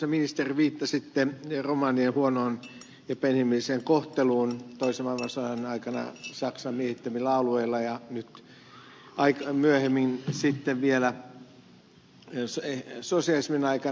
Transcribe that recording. arvoisa ministeri viittasitte romanien huonoon epäinhimilliseen kohteluun toisen maailmansodan aikana saksan miehittämillä alueilla ja nyt myöhemmin sitten vielä sosialismin aikana